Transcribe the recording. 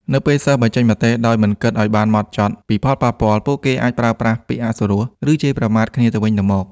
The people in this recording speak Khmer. នៅពេលសិស្សបញ្ចេញមតិដោយមិនគិតឲ្យបានហ្មត់ចត់ពីផលប៉ះពាល់ ពួកគេអាចប្រើប្រាស់ ពាក្យអសុរោះ ឬ ជេរប្រមាថគ្នាទៅវិញទៅមក។